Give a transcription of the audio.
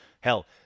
hell